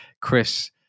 Chris